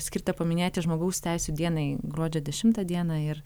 skirtą paminėti žmogaus teisių dienai gruodžio dešimtą dieną ir